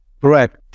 Correct